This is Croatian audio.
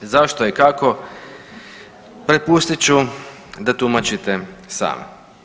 Zašto i kako prepustit ću da tumačite sami.